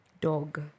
Dog